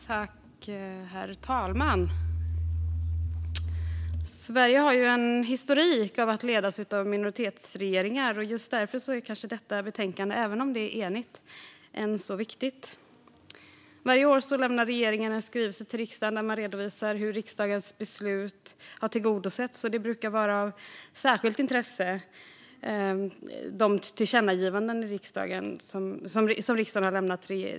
Herr talman! Sverige har en historik av att ledas av minoritetsregeringar. Just därför är detta betänkande viktigt, även om utskottet är enigt. Varje år lämnar regeringen en skrivelse till riksdagen där den redovisar hur riksdagens beslut har tillgodosetts, och de tillkännagivanden som riksdagen har lämnat till regeringen brukar vara av särskilt intresse.